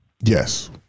Yes